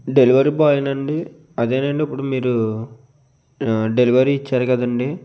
delivery బాయేనండి అదేనండి ఇప్పుడు మీరు డెలివరీ ఇచ్చారు కదండీ